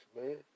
man